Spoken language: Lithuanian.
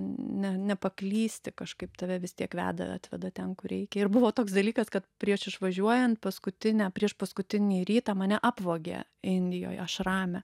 ne nepaklysti kažkaip tave vis tiek veda atveda ten kur reikia ir buvo toks dalykas kad prieš išvažiuojant paskutinę priešpaskutinį rytą mane apvogė indijoj ašrame